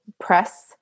press